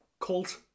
Cult